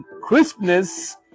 crispness